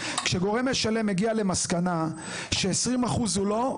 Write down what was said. כשגורם משלם מגיע למסקנה ש-20% הוא לא,